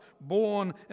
born